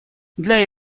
для